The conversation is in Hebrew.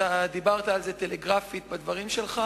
דיברת על זה טלגרפית בדברים שלך.